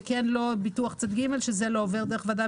וכן או לא ביטוח צד ג' שזה לא עובר דרך ועדה